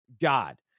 God